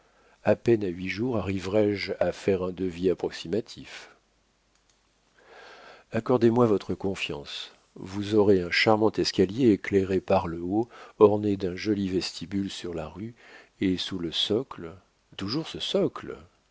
a peine en huit jours arriverais je à faire un devis approximatif accordez-moi votre confiance vous aurez un charmant escalier éclairé par le haut orné d'un joli vestibule sur la rue et sous le socle toujours ce socle